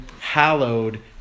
hallowed